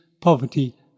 poverty